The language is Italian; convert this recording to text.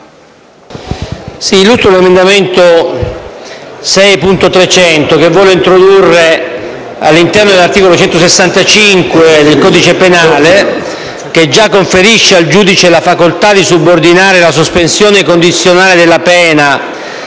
con l'emendamento 6.300 si vuole introdurre un nuovo comma all'interno dell'articolo 165 del codice penale, che già conferisce al giudice la facoltà di subordinare la sospensione condizionale della pena